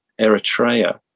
Eritrea